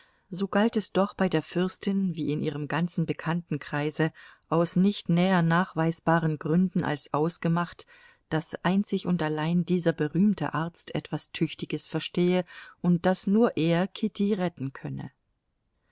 so galt es doch bei der fürstin wie in ihrem ganzen bekanntenkreise aus nicht näher nachweisbaren gründen als ausgemacht daß einzig und allein dieser berühmte arzt etwas tüchtiges verstehe und daß nur er kitty retten könne